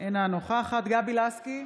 אינה נוכחת גבי לסקי,